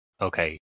Okay